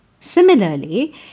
Similarly